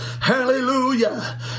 Hallelujah